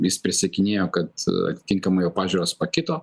jis prisiekinėjo kad atitinkamai jo pažiūros pakito